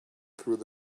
through